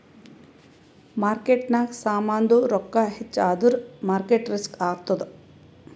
ಮಾರ್ಕೆಟ್ನಾಗ್ ಸಾಮಾಂದು ರೊಕ್ಕಾ ಹೆಚ್ಚ ಆದುರ್ ಮಾರ್ಕೇಟ್ ರಿಸ್ಕ್ ಆತ್ತುದ್